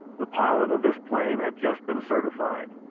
the pilot of this plane had just been certified.